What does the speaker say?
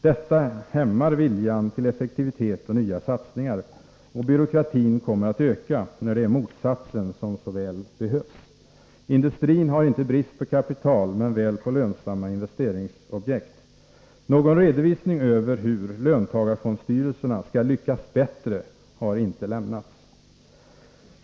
Detta hämmar viljan till effektivitet och nya satsningar. Byråkratin kommer att öka — när det är motsatsen som så väl behövs. Industrin har inte brist på kapital men väl på lönsamma investeringsobjekt. Någon redovisning över hur löntagarfondsstyrelserna skall lyckas bättre har ej lämnats.